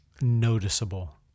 noticeable